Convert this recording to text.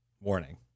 Warning